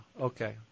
okay